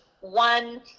one